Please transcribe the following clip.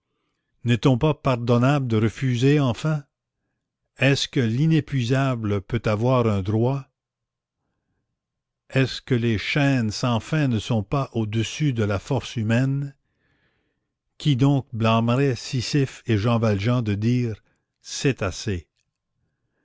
n'est-on pas pardonnable de refuser enfin est-ce que l'inépuisable peut avoir un droit est-ce que les chaînes sans fin ne sont pas au-dessus de la force humaine qui donc blâmerait sisyphe et jean valjean de dire c'est assez